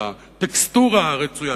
לטקסטורה הרצויה.